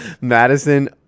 Madison